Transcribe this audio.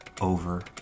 over